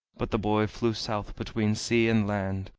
but the boy flew south between sea and land,